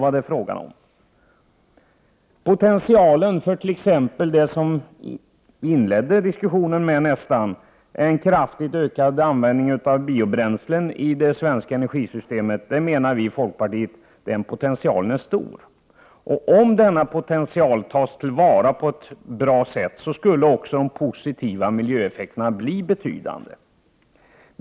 Det som vi inledde diskussionen med, nämligen en kraftigt ökad användning av biobränsle i det svenska energisystemet, anser vi i folkpartiet att det finns en hög potential för. Om denna potential tas till vara på ett bra sätt skulle också de positiva miljöeffekterna bli betydande.